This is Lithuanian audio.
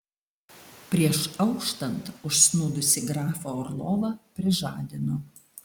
prieš auštant užsnūdusį grafą orlovą prižadino